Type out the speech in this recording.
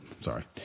Sorry